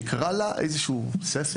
יקרא לה איזה ספר